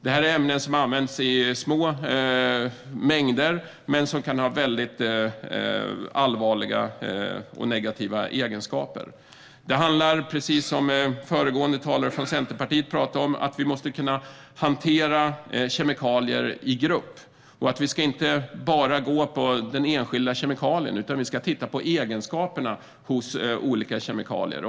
Det är ämnen som används i små mängder men som kan ha väldigt allvarliga och negativa egenskaper. Precis som föregående talare från Centerpartiet nämnde handlar det om att vi måste kunna hantera kemikalier i grupp. Vi ska inte bara gå på den enskilda kemikalien, utan vi ska titta på egenskaperna hos olika kemikalier.